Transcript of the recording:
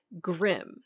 grim